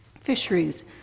Fisheries